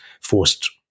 forced